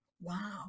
Wow